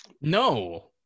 No